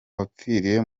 wapfiriye